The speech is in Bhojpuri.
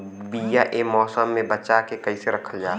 बीया ए मौसम में बचा के कइसे रखल जा?